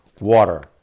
water